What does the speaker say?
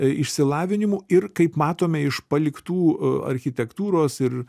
išsilavinimu ir kaip matome iš paliktų architektūros ir